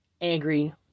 angry